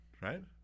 right